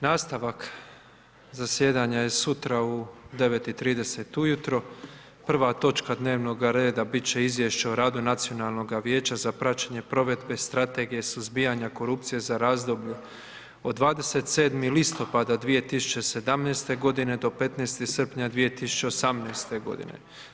Nastavak zasjedanja je sutra u 09,30 sati ujutro, prva točka dnevnoga reda bit će Izvješće o radu Nacionalnoga vijeća za praćenje provedbe Strategije suzbijanja korupcije za razdoblje od 27. listopada 2017. godine do 15. srpnja 2018. godine.